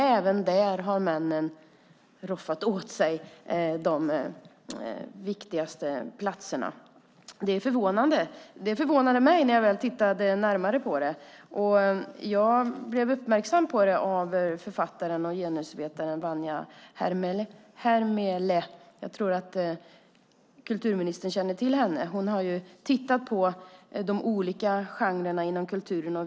Även där har männen roffat åt sig de viktigaste platserna. Det förvånade mig när jag väl tittade närmare på det. Jag blev uppmärksammad på det av författaren och genusvetaren Vanja Hermele. Jag tror att kulturministern känner till henne. Hon har tittat på de olika genrerna inom kulturen.